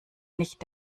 nicht